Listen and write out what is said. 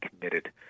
committed